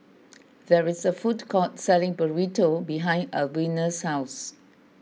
there is a food court selling Burrito behind Albina's house